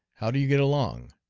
how do you get along?